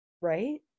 right